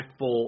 impactful